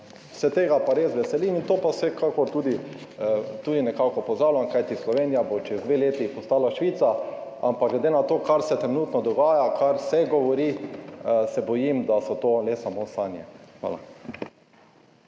se tega res veselim in to pa vsekakor tudi nekako pozdravljam, kajti Slovenija bo čez dve leti postala Švica, ampak glede na to, kar se trenutno dogaja, kar se govori, se bojim, da so to samo sanje. Hvala.